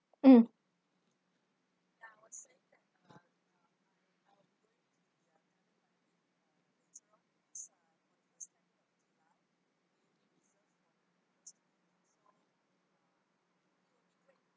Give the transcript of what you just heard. mm